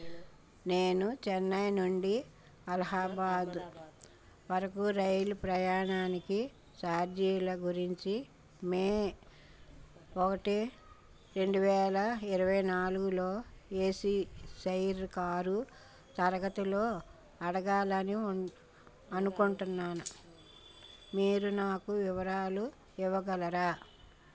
నేను చెన్నై నుండి అలహాబాద్ వరకు రైలు ప్రయాణానికి ఛార్జీల గురించి మే ఒకటి రెండు వేల ఇరవై నాలుగులో ఏసీ చెయిర్ కారు తరగతిలో అడగాలని ఉన్ అనుకుంటున్నాను మీరు నాకు వివరాలు ఇవ్వగలరా